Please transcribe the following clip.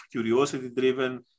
curiosity-driven